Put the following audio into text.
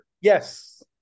Yes